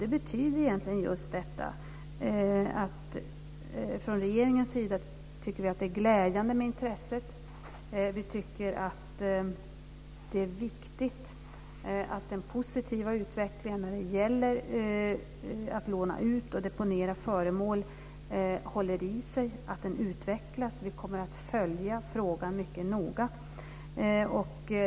Den betyder egentligen just att regeringen tycker att det är glädjande med intresset. Vi tycker att det är viktigt att den positiva utvecklingen när det gäller att låna ut och deponera föremål håller i sig och utvecklas. Vi kommer att följa frågan mycket noga.